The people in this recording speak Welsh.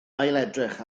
ailedrych